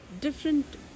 different